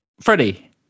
Freddie